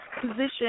position